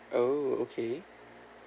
oh okay